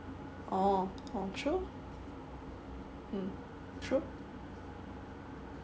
oh oh true mm true